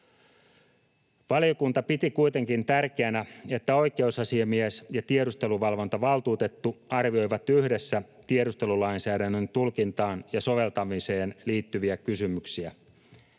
Valiokunta piti kuitenkin tärkeänä, että oikeusasiamies ja tiedusteluvalvontavaltuutettu arvioivat yhdessä tiedustelulainsäädännön tulkintaan ja soveltamiseen liittyviä kysymyksiä.